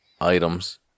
items